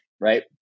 right